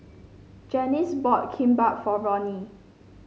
Janis bought Kimbap for Roni